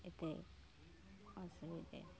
এতে অসুবিধে